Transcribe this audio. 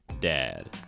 dad